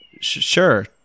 sure